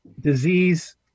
disease